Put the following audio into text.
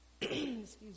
excuse